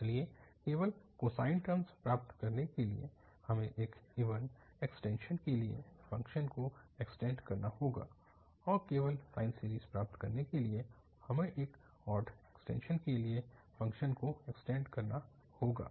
इसलिए केवल cosine terms प्राप्त करने के लिए हमें एक इवन एक्सटेंशन के लिए फ़ंक्शन को एक्सटेन्ड करना होगा और केवल साइन सीरीज़ प्राप्त करने के लिए हमें एक ऑड एक्सटेंशन के लिए फ़ंक्शन को एक्सटेन्ड करना होगा